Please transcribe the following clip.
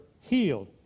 healed